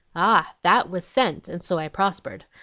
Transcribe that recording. ah! that was sent, and so i prospered.